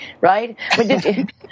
right